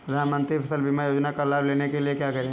प्रधानमंत्री फसल बीमा योजना का लाभ लेने के लिए क्या करें?